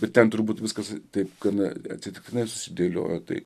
ir ten turbūt viskas taip gana atsitiktinai susidėliojo tai